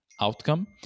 outcome